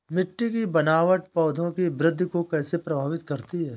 मिट्टी की बनावट पौधों की वृद्धि को कैसे प्रभावित करती है?